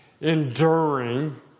enduring